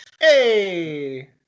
Hey